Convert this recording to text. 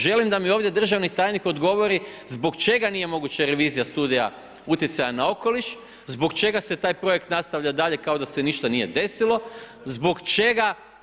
Želim da mi ovdje državni tajnik odgovori zbog čega nije moguća revizija Studija utjecaja na okoliš, zbog čega se taj projekt nastavlja dalje kao da se ništa nije desilo, zbog čega?